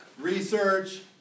research